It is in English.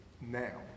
now